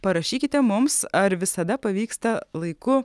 parašykite mums ar visada pavyksta laiku